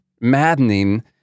maddening